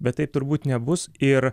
bet taip turbūt nebus ir